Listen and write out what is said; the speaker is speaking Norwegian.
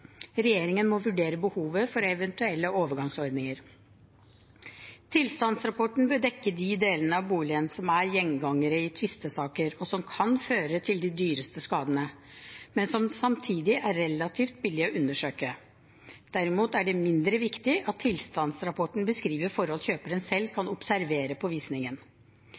Regjeringen må vurdere behovet for eventuelle overgangsordninger. Tilstandsrapporten bør dekke de delene av boligen som er gjenganger i tvistesaker, og som kan føre til de dyreste skadene, men som samtidig er relativt billig å undersøke. Derimot er det mindre viktig at tilstandsrapporten beskriver forhold kjøperen selv kan observere